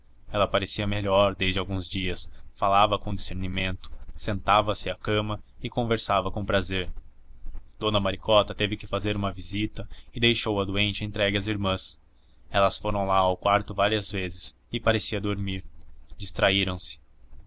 ela parecia melhor desde alguns dias falava com discernimento sentava-se à cama e conversava com prazer dona maricota teve que fazer uma visita e deixou a doente entregue às irmãs elas foram lá ao quarto várias vezes e parecia dormir